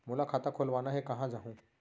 मोला खाता खोलवाना हे, कहाँ जाहूँ?